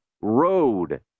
road